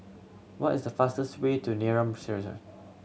what is the fastest way to Neram